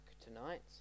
tonight